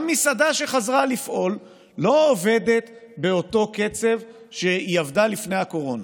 גם מסעדה שחזרה לפעול לא עובדת באותו קצב שהיא עבדה לפני הקורונה,